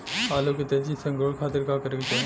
आलू के तेजी से अंकूरण खातीर का करे के चाही?